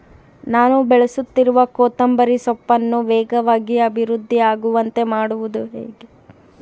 ನಾನು ಬೆಳೆಸುತ್ತಿರುವ ಕೊತ್ತಂಬರಿ ಸೊಪ್ಪನ್ನು ವೇಗವಾಗಿ ಅಭಿವೃದ್ಧಿ ಆಗುವಂತೆ ಮಾಡುವುದು ಹೇಗೆ?